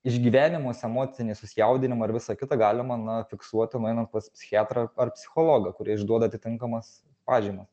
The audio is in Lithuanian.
išgyvenimus emocinį susijaudinimą ir visa kita galima na fiksuot nueinant pas psichiatrą ar psichologą kurie išduoda atitinkamas pažymas